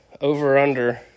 over-under